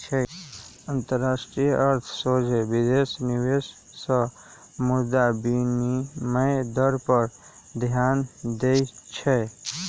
अंतरराष्ट्रीय अर्थ सोझे विदेशी निवेश आऽ मुद्रा विनिमय दर पर ध्यान देइ छै